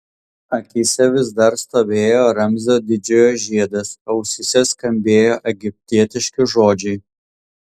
akyse vis dar stovėjo ramzio didžiojo žiedas ausyse skambėjo egiptietiški žodžiai